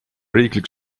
riiklik